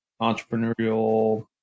entrepreneurial